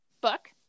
book